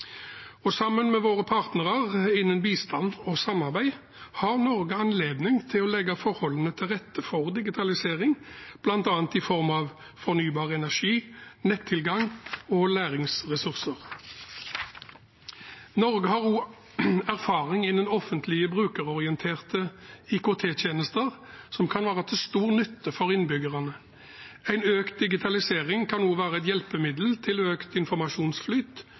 Sammen med våre partnere innenfor bistand og samarbeid har Norge anledning til å legge forholdene til rette for digitalisering bl.a. i form av fornybar energi, nettilgang og læringsressurser. Norge har også erfaring innenfor offentlige brukerorienterte IKT-tjenester, som kan være til stor nytte for innbyggerne. En økt digitalisering kan også være et hjelpemiddel til økt informasjonsflyt,